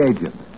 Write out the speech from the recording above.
Agent